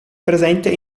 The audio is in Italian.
presente